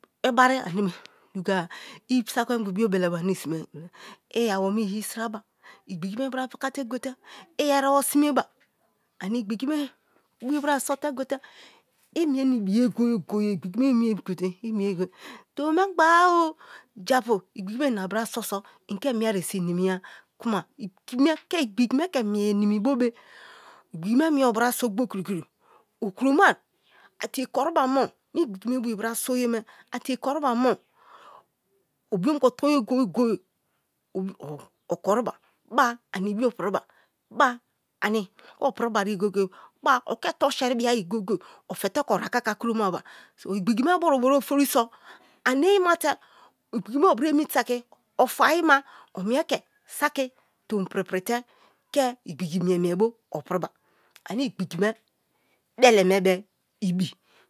I bari aneme duga-a, saki mengba biobele bo ane isimai gote i awome iyi siraba igbigi me ibra pakale gote i erebo simeba ane igbigi ma, igbigi i bra sote gote i mie na ibiye-goye-goye igbigi emu gote i mie tomi mengba o japu igbime ina bra so so ike mie ye so inimiya ke igbigi me ke mie ye nimi bobe igbigi me mie obra so gbokiri okomai a tie koriba mo mi gbigima ibra so ye me a tie koriba mo obiongbo tonye goye-goye okoriba bana ani ibi goiriba bara ani ke opiribariye goye-goye, ba oke tonseri bia ye goye-goye ofe te ke o akaka kroma ba igbigi me bari obra ofori so ani ye ma te igbigi me obra emi saki ofe-nyima o mie ke saki tomi pri-prilo ke igbigi mie-mie bo opiriba ane igbigi me bele me be ibi